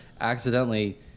accidentally